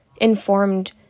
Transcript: informed